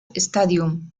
stadium